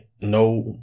no